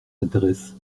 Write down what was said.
intéressent